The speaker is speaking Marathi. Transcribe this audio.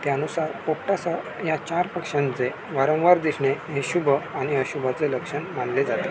त्यानुसार पोपटासा या चार पक्ष्यांचे वारंवार दिसणे हे शुभ आणि अशुभाचे लक्षण मानले जाते